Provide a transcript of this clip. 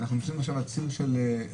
אנחנו נמצאים עכשיו על ציר של חגים.